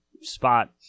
spot